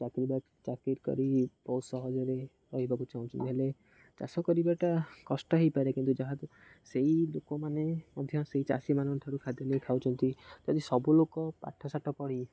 ଚାକିରି ବାକ ଚାକିରି କରି ବହୁତ ସହଜରେ ରହିବାକୁ ଚାହୁଁଛନ୍ତି ହେଲେ ଚାଷ କରିବାଟା କଷ୍ଟ ହୋଇପାରେ କିନ୍ତୁ ଯାହା ସେଇ ଲୋକମାନେ ମଧ୍ୟ ସେଇ ଚାଷୀମାନଙ୍କଠାରୁ ଖାଦ୍ୟ ନେଇ ଖାଉଛନ୍ତି ଯଦି ସବୁ ଲୋକ ପାଠଶାଠ ପଢ଼ି